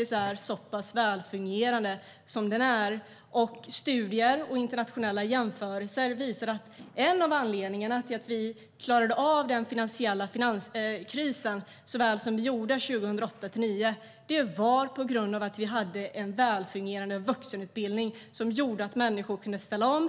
är så pass välfungerande som den är. Studier och internationella jämförelser visar att en av anledningarna till att vi klarade av finanskrisen så väl som vi gjorde 2008-2009 var att vi hade en välfungerande vuxenutbildning som gjorde att människor kunde ställa om.